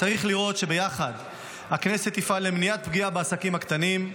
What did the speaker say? צריך לראות שביחד הכנסת תפעל למניעת פגיעה בעסקים הקטנים,